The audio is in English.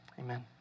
amen